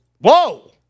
Whoa